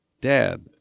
Dad